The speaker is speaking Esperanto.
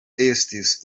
estis